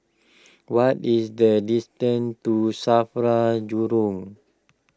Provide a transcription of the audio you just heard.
what is the distance to Safra Jurong